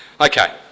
Okay